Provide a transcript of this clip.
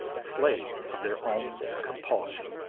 slaves of their own compulsion.